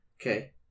Okay